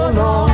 no